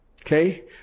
Okay